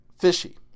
fishy